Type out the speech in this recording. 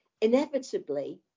inevitably